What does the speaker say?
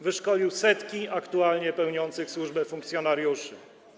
Wyszkolił setki aktualnie pełniących służbę funkcjonariuszy.